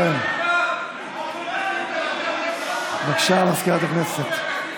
כן, בבקשה, מזכירת הכנסת.